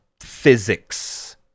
physics